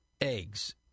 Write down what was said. eggs